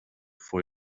for